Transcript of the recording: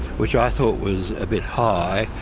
which i thought was a bit high.